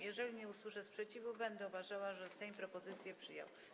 Jeżeli nie usłyszę sprzeciwu, będę uważała, że Sejm propozycję przyjął.